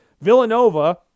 Villanova